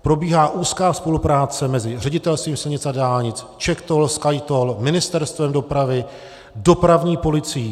Probíhá úzká spolupráce mezi Ředitelstvím silnic a dálnic, CzechTollem, SkyTollem, Ministerstvem dopravy, dopravní policií.